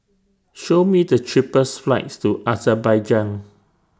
Show Me The cheapest flights to Azerbaijan